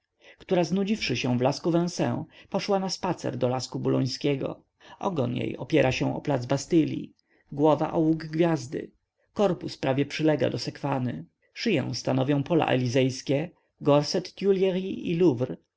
która znudziwszy się w lasku vincennes poszła na spacer do lasku bulońskiego ogon jej opiera się o plac bastylli głowa o łuk gwiazdy korpus prawie przylega do sekwany szyję stanowią pola elizejskie gorset tuileries i